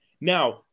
Now